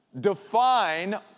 define